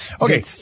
Okay